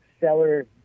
seller